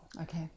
okay